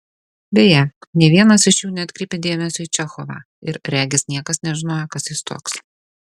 beje nė vienas iš jų neatkreipė dėmesio į čechovą ir regis niekas nežinojo kas jis toks